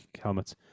helmets